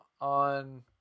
on